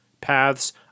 paths